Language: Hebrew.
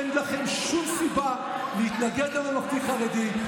אין לכם שום סיבה להתנגד לממלכתי-חרדי.